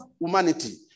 humanity